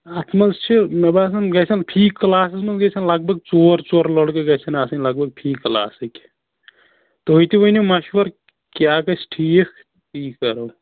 اَتھ منٛز چھِ مےٚ باسان گژھَن فی کلاسَس منٛز گژھَن لگ بگ ژور ژور لٔڑکہٕ گژھَن آسٕنۍ لگ بگ فی کٕلاسٕکۍ تُہۍ تہِ ؤنِو مَشوَر کیٛاہ گژھِ ٹھیٖک تی کرو